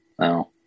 No